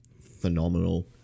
phenomenal